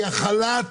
כי החל"ת